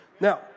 Now